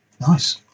Nice